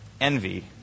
envy